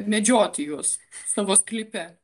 medžioti juos savo sklype